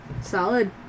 Solid